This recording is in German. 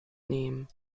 nehmen